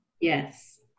Yes